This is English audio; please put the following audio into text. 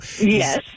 yes